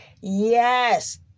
Yes